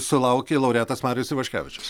sulaukė laureatas marius ivaškevičius